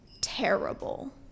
terrible